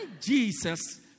Jesus